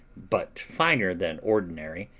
but finer than ordinary,